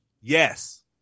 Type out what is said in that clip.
Yes